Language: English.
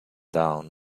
down